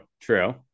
True